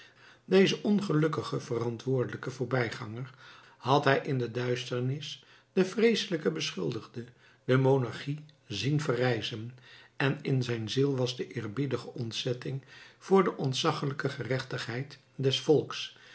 dezen ongelukkigen verantwoordelijken voorbijganger had hij in de duisternis de vreeselijke beschuldigde de monarchie zien verrijzen en in zijn ziel was de eerbiedige ontzetting voor de ontzaggelijke gerechtigheid des volks